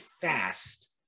fast